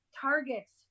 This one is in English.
targets